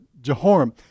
Jehoram